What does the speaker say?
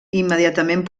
immediatament